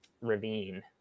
ravine